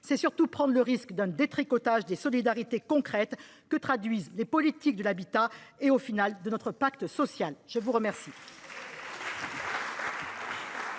C’est surtout prendre le risque d’un détricotage des solidarités concrètes que traduisent les politiques de l’habitat et, au final, de notre pacte social. La parole